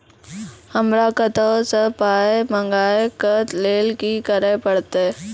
हमरा कतौ सअ पाय मंगावै कऽ लेल की करे पड़त?